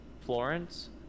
Florence